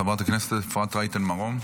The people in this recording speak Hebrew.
חברת הכנסת אפרת רייטן מרום.